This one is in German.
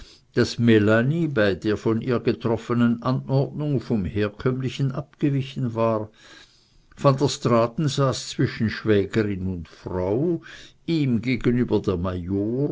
daß melanie bei der von ihr getroffenen anordnung vom herkömmlichen abgewichen war van der straaten saß zwischen schwägerin und frau ihm gegenüber der